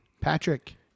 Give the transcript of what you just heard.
Patrick